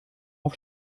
auf